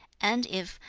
and if,